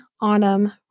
Autumn